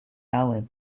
allen